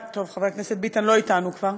טוב, חבר הכנסת ביטן לא אתנו כבר,